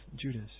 Judas